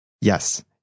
Yes